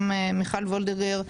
גם מיכל וולדיגר,